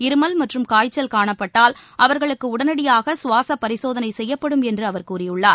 இருமல் மற்றும் காய்ச்சல் காணப்பட்டால் அவர்களுக்கு உடனடியாக கவாச பரிசோதனை செய்யப்படும் என்று அவர் கூறியுள்ளார்